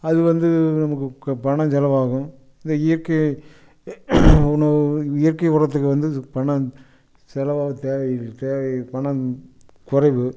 அது வந்து நமக்கு க பணம் செலவாகும் இதே இயற்கை உணவு இயற்கை உரத்துக்கு வந்து சு பணம் செலவாக தேவை தேவை பணம் குறைவு